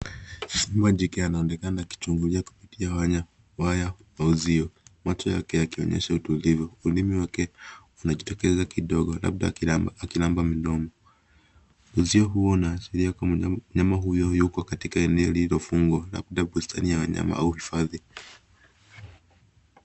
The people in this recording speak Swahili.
Simba jike anaonekana akichungulia wanya, waya wa uzio, macho yake yakionyesha utulivu, ulimi wake ukijitokeza kidogo, labda akilamba, akilamba midomo. Uzio huo unaashiria kuwa mnyama huyo yuko katika eneo lililofungwa, labda bustani ya wanyama, au hifadhi.